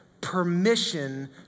permission